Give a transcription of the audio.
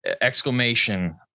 exclamation